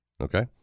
Okay